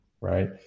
right